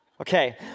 Okay